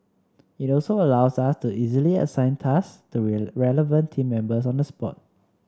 it also allows us to easily assign tasks to relevant team members on the spot